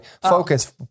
focus